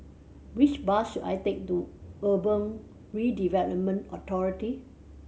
which bus should I take to Urban Redevelopment Authority